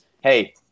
Hey